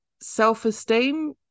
self-esteem